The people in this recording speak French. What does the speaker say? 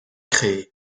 créé